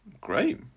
great